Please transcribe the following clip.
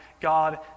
God